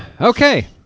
Okay